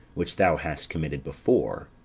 which thou hast committed before